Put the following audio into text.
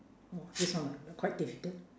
!wah! this one ah quite difficult